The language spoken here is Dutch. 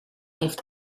heeft